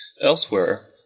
Elsewhere